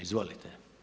Izvolite.